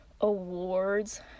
awards